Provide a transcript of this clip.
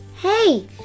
Hey